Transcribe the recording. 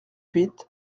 huit